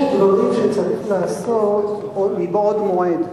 יש דברים שצריך לעשות מבעוד מועד,